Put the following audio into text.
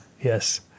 Yes